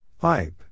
Pipe